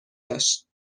داشت